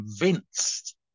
convinced